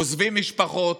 עוזבים משפחות,